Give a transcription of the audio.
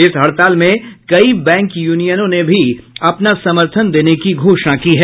इस हड़ताल में कई बैंक यूनियनों ने भी अपना समर्थन देने की घोषणा की है